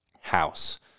house